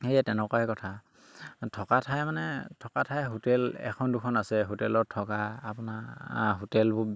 সেয়ে তেনেকুৱাই কথা থকা ঠাই মানে থকা ঠাই হোটেল এখন দুখন আছে হোটেলত থকা আপোনাৰ হোটেলবোৰ